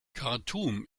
khartum